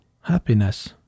happiness